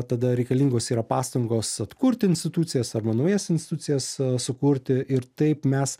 tada reikalingos yra pastangos atkurti institucijas arba naujas institucijas sukurti ir taip mes